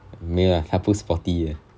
没有她不 ah sporty uh